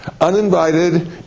uninvited